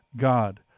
God